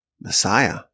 Messiah